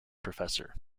professor